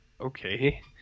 okay